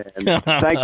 thank